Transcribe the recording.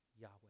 Yahweh